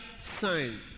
sign